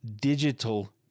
digital